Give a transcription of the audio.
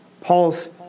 Paul's